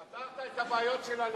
פתרת את הבעיות של הליכוד,